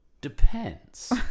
depends